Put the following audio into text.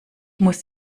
muss